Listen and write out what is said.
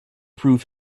prove